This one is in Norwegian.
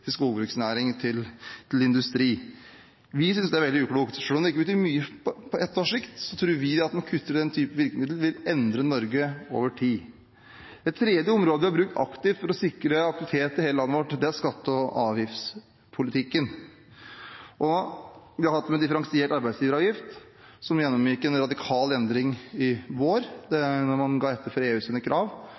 til skogbruksnæring til industri. Vi synes det er veldig uklokt. Selv om det ikke vil bety mye på ett års sikt, tror vi at om man kutter i den typen virkemidler, vil det endre Norge over tid. Det tredje området vi har brukt aktivt for å sikre aktivitet i hele landet vårt, er skatte- og avgiftspolitikken. Vi har gjort det med differensiert arbeidsgiveravgift, som gjennomgikk en radikal endring i vår, da man ga etter for EUs krav,